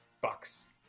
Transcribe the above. bucks